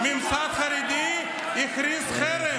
הממסד החרדי הכריז חרם,